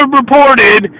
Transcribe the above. reported